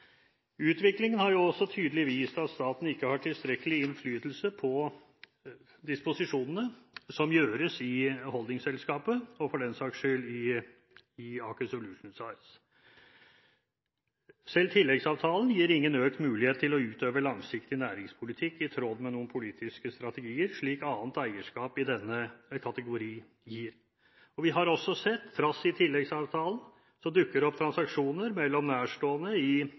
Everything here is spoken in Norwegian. Utviklingen har også tydelig vist at staten ikke har tilstrekkelig innflytelse på disposisjonene som gjøres i holdingselskapet, og for den saks skyld i Aker Solutions AS. Selv tilleggsavtalen gir ingen økt mulighet til å utøve langsiktig næringspolitikk i tråd med noen politiske strategier, slik annet eierskap i denne kategorien gir. Vi har også sett, trass i tilleggsavtalen, at det dukker opp transaksjoner mellom nærstående i